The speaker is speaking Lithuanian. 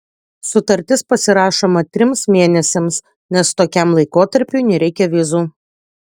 sutartis pasirašoma trims mėnesiams nes tokiam laikotarpiui nereikia vizų